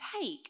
take